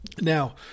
Now